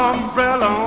Umbrella